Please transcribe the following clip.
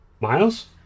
Miles